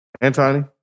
Antony